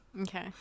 okay